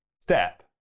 step